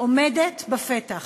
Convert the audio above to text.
עומדת בפתח.